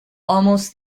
almost